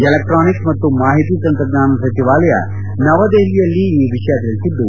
electronics ಮತ್ತು ಮಾಹಿತಿ ತಂತ್ರಜ್ಞಾನ ಸಚಿವಾಲಯ ನವದೆಹಲಿಯಲ್ಲಿ ಈ ವಿಷಯ ತಿಳಿಸಿದ್ದು